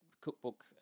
cookbook